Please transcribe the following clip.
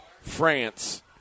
France